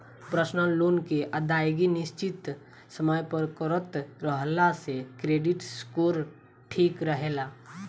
personal loan के अदायगी निसचित समय पर करत रहला से क्रेडिट स्कोर ठिक रहेला